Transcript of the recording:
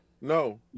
No